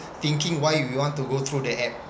thinking why we want to go through the app